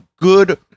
good